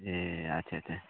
ए अच्छा अच्छा